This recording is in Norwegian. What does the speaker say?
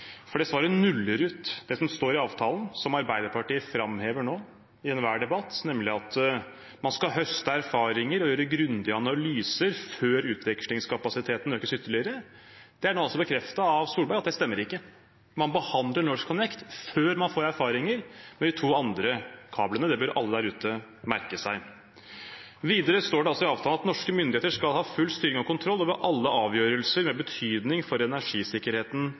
For det svaret nuller ut det som står i avtalen, som Arbeiderpartiet framhever nå i enhver debatt, nemlig at man skal høste erfaringer og gjøre grundige analyser før utvekslingskapasiteten økes ytterligere. Det er nå altså bekreftet av Solberg at det stemmer ikke. Man behandler NorthConnect før man får erfaringer med de to andre kablene. Det bør alle der ute merke seg. Videre står det i avtalen at norske myndigheter skal ha full styring og kontroll over alle avgjørelser med betydning for energisikkerheten